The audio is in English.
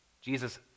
Jesus